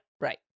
right